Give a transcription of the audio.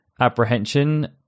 apprehension